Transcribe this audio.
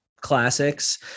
classics